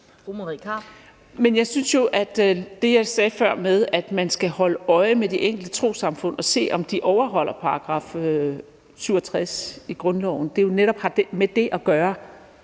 Men jeg synes jo, at det, jeg før sagde om, at man skal holde øje med de enkelte trossamfund og se, om de overholder § 67 i grundloven, netop har med det at gøre.